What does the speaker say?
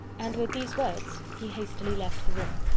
and with these words he hastily left the room,